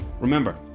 remember